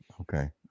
okay